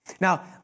Now